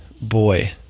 boy